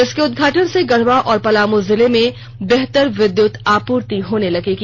इसके उद्घाटन से गढ़वा और पलामू जिले में बेहतर विद्युत् आपूर्ति होने लगेगी